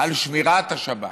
על שמירת השבת.